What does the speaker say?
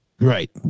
Right